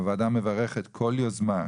הוועדה מברכת כל יוזמה,